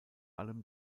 allem